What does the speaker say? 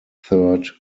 third